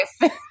life